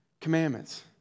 commandments